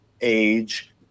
age